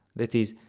that is,